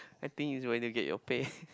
I think is when you get your pay